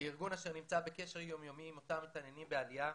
כארגון אשר נמצא בקשר יום יומי עם אותם מתעניינים בעלייה,